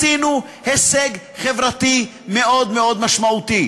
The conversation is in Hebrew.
הגענו להישג חברתי מאוד מאוד משמעותי,